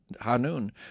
Hanun